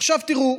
עכשיו תראו,